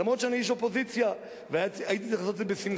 אף שאני איש אופוזיציה והייתי צריך לעשות את זה בשמחה,